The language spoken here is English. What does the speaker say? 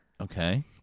Okay